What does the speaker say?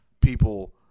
people